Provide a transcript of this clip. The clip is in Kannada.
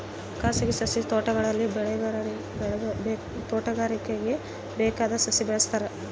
ಖಾಸಗಿ ಸಸಿ ತೋಟಗಳಲ್ಲಿ ತೋಟಗಾರಿಕೆಗೆ ಬೇಕಾದ ಸಸಿ ಬೆಳೆಸ್ತಾರ